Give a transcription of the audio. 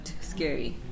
scary